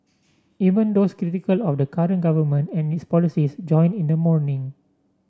even those critical of the current government and its policies joined in the mourning